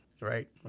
right